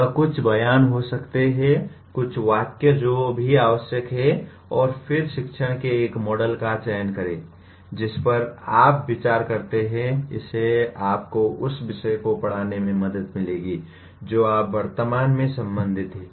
यह कुछ बयान हो सकते हैं कुछ वाक्य जो सभी आवश्यक हैं और फिर शिक्षण के एक मॉडल का चयन करें जिस पर आप विचार करते हैं इससे आपको उस विषय को पढ़ाने में मदद मिलेगी जो आप वर्तमान में संबंधित हैं